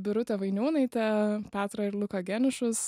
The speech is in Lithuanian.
birutę vainiūnaitę petrą ir luką geniušus